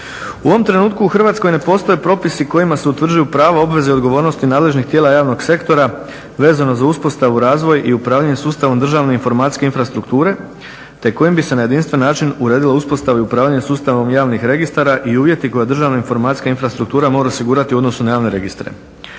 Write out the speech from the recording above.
U ovom trenutku u Hrvatskoj ne postoje propisi kojima se utvrđuju prava, obveze i odgovornosti nadležnih tijela javnog sektora vezano za uspostavu, razvoj i upravljanje sustavom državne informacijske infrastrukture te kojim bi se na jedinstven način uredilo uspostava i upravljanje sustavom javnih registara i uvjeti koje državna informacijska infrastruktura mora osigurati u odnosu na javne registre.